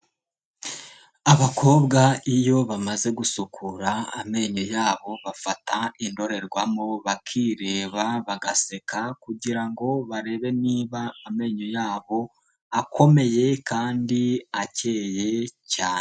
Abakobwa iyo bamaze gusukura amenyo yabo, bafata indorerwamo, bakireba, bagaseka kugira ngo barebe niba amenyo yabo akomeye kandi akeye cyane.